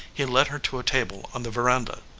he led her to a table on the veranda.